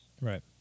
Right